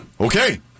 Okay